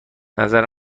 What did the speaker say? نظر